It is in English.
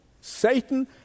Satan